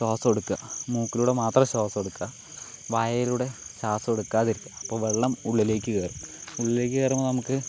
ശ്വാസം എടുക്കുക മൂക്കിലൂടെ മാത്രം ശ്വാസം എടുക്കുക വായയിലൂടെ ശ്വാസം എടുക്കാതിരിക്കുക അപ്പോൾ വെള്ളം ഉള്ളിലേക്ക് കയറും ഉള്ളിലേക്ക് കയറുമ്പോൾ നമുക്ക്